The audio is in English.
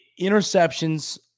interceptions